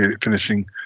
finishing